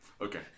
Okay